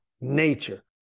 nature